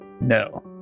No